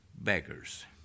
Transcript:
beggars